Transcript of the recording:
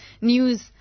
news